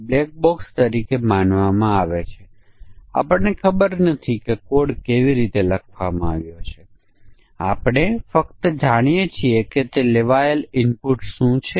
ઉદાહરણ તરીકે HTML GIF JPEG Plain Text આ ઇમેજ હોઈ શકે છે